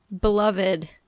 beloved